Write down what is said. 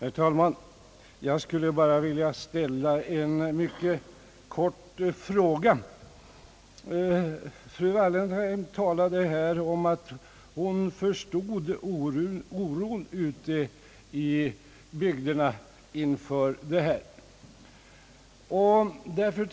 Herr talman! Jag skulle bara vilja ställa en mycket kort fråga. Fru Wallentheim talade om att hon förstod oron ute i bygderna inför dessa nedläggningar.